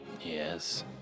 Yes